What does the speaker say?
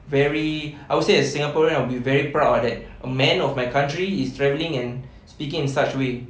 very I would say as singaporean I'll be very proud that a man of my country is travelling and speaking in such way